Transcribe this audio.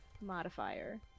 modifier